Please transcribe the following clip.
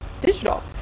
digital